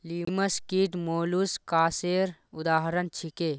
लिमस कीट मौलुसकासेर उदाहरण छीके